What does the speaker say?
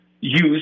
use